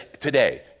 today